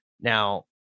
Now